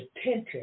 attention